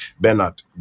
Bernard